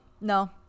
No